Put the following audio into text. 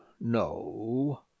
no